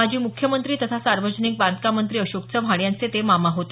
माजी मुख्यमंत्री तथा सार्वजनिक बांधकाम मंत्री अशोक चव्हाण यांचे चे मामा होत